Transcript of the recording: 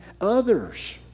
others